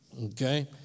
Okay